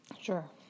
Sure